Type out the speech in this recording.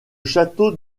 château